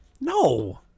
No